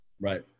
Right